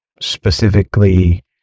specifically